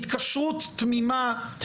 התקשרות תמימה,